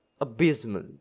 abysmal